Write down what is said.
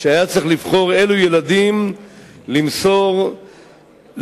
שהיה צריך לבחור אילו ילדים למסור לצאר